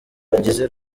bagize